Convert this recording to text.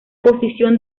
posición